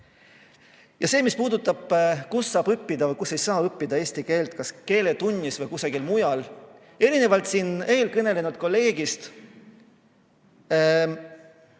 Ja mis puudutab seda, kus saab õppida või kus ei saa õppida eesti keelt, kas keeletunnis või kusagil mujal – erinevalt ühest eelkõnelenud kolleegist